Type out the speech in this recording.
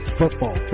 football